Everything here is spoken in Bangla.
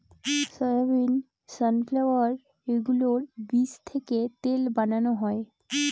সয়াবিন, সানফ্লাওয়ার এগুলোর বীজ থেকে তেল বানানো হয়